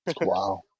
Wow